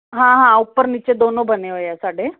ਹਾਂ ਹਾਂ ਉੱਪਰ ਨੀਚੇ ਦੋਣੋਂ ਬਨੇ ਹੋਏ ਐ ਸਾਡੇ